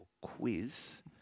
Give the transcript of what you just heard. quiz